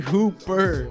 Hooper